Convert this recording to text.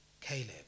Caleb